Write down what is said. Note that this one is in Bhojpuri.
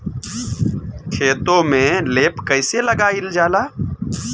खेतो में लेप कईसे लगाई ल जाला?